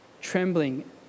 trembling